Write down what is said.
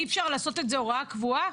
אי אפשר לעשות את זה הוראה קבועה?